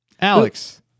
Alex